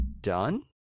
done